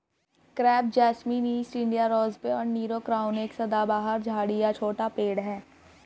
crepe jasmine, East India rosebay और Nero crown एक सदाबहार झाड़ी या छोटा पेड़ है